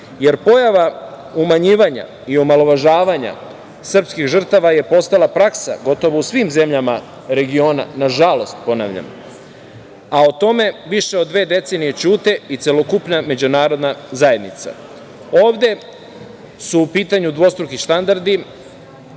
jer pojava umanjivanja i omalovažavanja srpskih žrtvama je postala praksa gotovo u svim zemljama regiona, nažalost, ponavljam, a o tome više od dve decenije ćuti i celokupna međunarodna zajednica. Ovde su u pitanju dvostruki standardi,